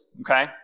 Okay